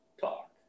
talk